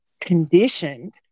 conditioned